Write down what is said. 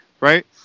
right